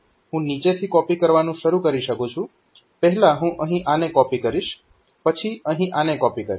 હું નીચેથી કોપી કરવાનું શરૂ કરી શકું છું પહેલા હું અહીં આને કોપી કરીશ પછી અહીં આને કોપી કરીશ